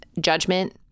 Judgment